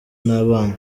n’abana